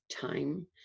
time